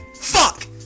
Fuck